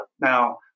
Now